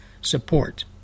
support